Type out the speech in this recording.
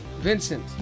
Vincent